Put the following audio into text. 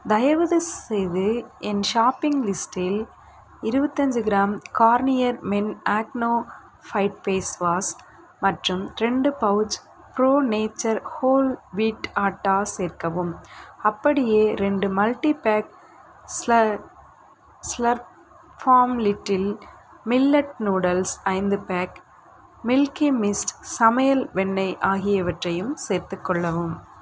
தயவுசெய்து என் ஷாப்பிங் லிஸ்ட்டில் இருபத்தஞ்சி gram Garnier Men Acno Fight facewash மற்றும் ரெண்டு pouch Pro Nature whole wheat atta சேர்க்கவும் அப்படியே ரெண்டு multipack Slurrp Farm little millet noodles ஐந்து பேக் மில்கி மிஸ்ட் சமையல் வெண்ணெய் ஆகியவற்றையும் சேர்த்துக்கொள்ளவும்